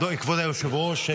כבוד היושב-ראש,